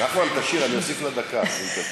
נחמן, תשיר, אני אוסיף לה דקה אם תשיר.